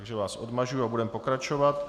Takže vás odmažu a budeme pokračovat.